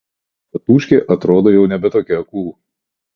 tatūškė atrodo jau nebe tokia kūl